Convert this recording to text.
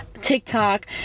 TikTok